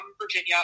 Virginia